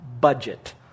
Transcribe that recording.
budget